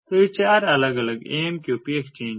तो ये चार अलग अलग AMQP एक्सचेंज हैं